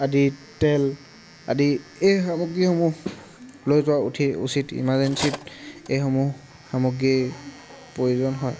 আদি তেল আদি এই সামগ্ৰীসমূহ লৈ যোৱা উঠি উচিত ইমাৰ্জেঞ্চীত এইসমূহ সামগ্ৰীৰ প্ৰয়োজন হয়